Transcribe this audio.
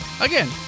Again